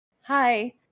Hi